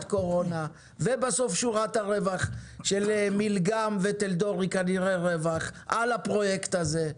קורונה ובסוף שורת הרווח של מילגם וטלדור היא כנראה רווח על הפרויקט הזה,